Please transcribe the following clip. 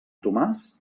tomàs